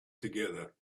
together